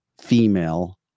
female